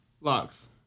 Locks